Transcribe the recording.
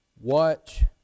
watch